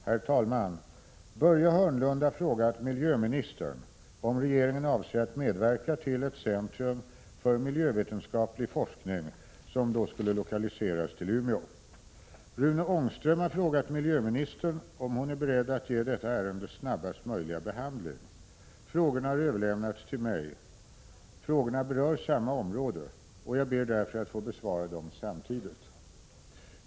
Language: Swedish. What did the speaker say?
Herr talman! Börje Hörnlund har frågat miljöministern om regeringen avser att medverka till att ett centrum för miljövetenskaplig forskning lokaliseras till Umeå. Rune Ångström har frågat miljöministern om hon är beredd att ge detta ärende snabbaste möjliga behandling. Frågorna har överlämnats till mig. Frågorna berör samma område. Jag ber därför att få besvara dem samtidigt.